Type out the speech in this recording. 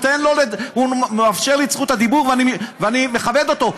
הוא מאפשר לי את זכות הדיבור ואני מכבד אותו.